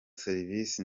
serivisi